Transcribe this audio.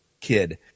kid